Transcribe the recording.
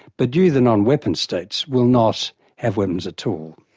but you the non-weapon states will not have weapons at all.